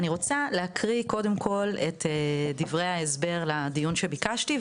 אני רוצה להקריא קודם כל את דברי ההסבר לדיון שביקשתי,